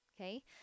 okay